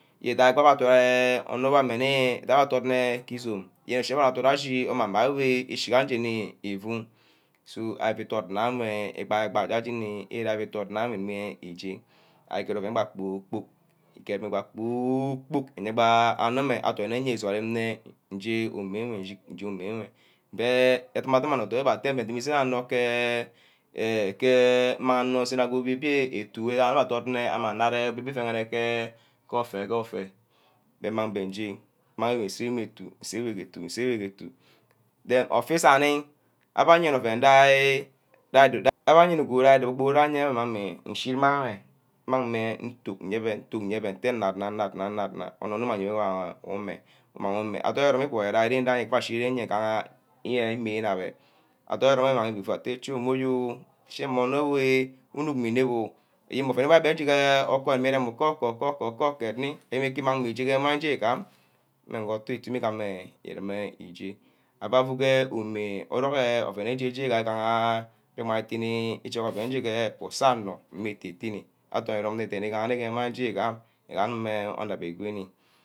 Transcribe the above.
Idia-beh adore anor wor ameh nni ngabeh adon ne ni geh izome, ye chinah adot ashi imang meh awe echiga jeni ifu go ari fu dot nna weh igbai igbai je-jemi ire gee idot nna iyeah ije ari-ged ouen gbah nna kpor-kpork, iged meh bah kor-kpork iye. bah anor meh adori mmusu areme nje umeh nje enwe je adumor adumeh anor abbeh atteh meh edubor isume anor ke eh ke imang onkr asseneh ke obio- obio itu weh abbeh adot meh aguma obia-bua isumeh ke ofeh geh ofeh, nge mmang beh nje, imang wor iseh ewe tu, nseh enwe tu, nseh enwe tu then often isani abba ayene imang meh ishi enwe, mmang meh ntu, mang meh nyebeh ntrh nad-nad-nad-nad onor mah aye eir umeh, umang umeh. Adorn ero-romeh igwere ashi-ren abbeh, adorn ero-rone nneh imang wor ifu atteh cho meh oyom oh, chom meh oyoimeh unuck meh inep oh eyen-mah ouen gbache gehe orcoh igimi irem kor-kor, kor-kord mu yene meh aseh ke jeni, arene ouen enwe good, abbeh affe towan enye amang meh yen uenema anor ette irom odum ke odubo oboro, igaha ofeh isaghi abbeh ayene obio iburu-buru gba ouen mmang nshi irome nne adorn denne, nsunkr gbs kpor-kpork ome ga mmang gba, nnug gba nna ewe so that.